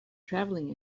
traveling